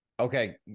Okay